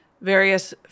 various